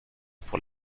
pour